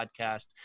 podcast